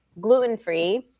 Gluten-free